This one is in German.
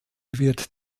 wird